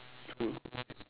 cool cool